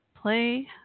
play